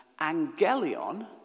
angelion